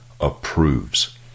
approves